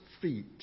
feet